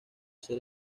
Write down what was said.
ser